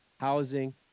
housing